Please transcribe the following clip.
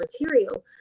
material